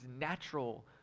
natural